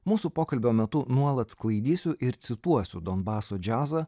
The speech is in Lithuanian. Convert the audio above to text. mūsų pokalbio metu nuolat sklaidysiu ir cituosiu donbaso džiazą